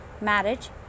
marriage